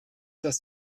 dass